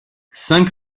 cinq